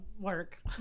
work